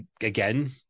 again